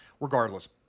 Regardless